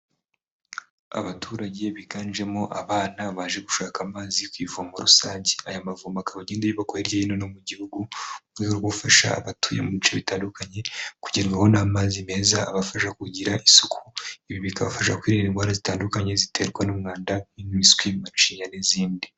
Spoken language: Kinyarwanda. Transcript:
Abaturage biganjemo abana baje gushaka amazi ku ivumbiro rusange aya mavomo akaba agende aba hirya no hino mu gihugu mu rwego rwo gufasha abatuye mu bice bitandukanye kugerwaho n'amazi meza abafasha kugira isuku ibi bikabafasha kwirinda indwara zitandukanye ziterwa n'umwanda nk’impiswi, macinya n'izindi.